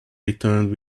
returned